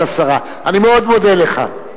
עכשיו ישיב המשנה,